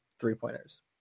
three-pointers